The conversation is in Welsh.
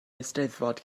eisteddfod